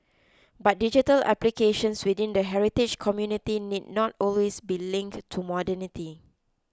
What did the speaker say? but digital applications within the heritage community need not always be linked to modernity